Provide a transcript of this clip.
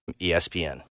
ESPN